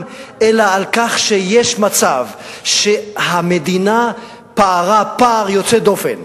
אלא על כך שיש מצב שהמדינה פערה פער יוצא דופן,